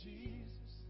Jesus